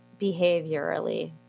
behaviorally